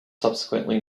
subsequently